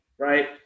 right